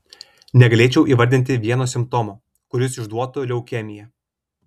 negalėčiau įvardinti vieno simptomo kuris išduotų leukemiją